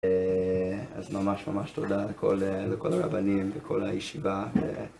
אז ממש ממש תודה לכל הרבנים וכל הישיבה.